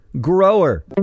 grower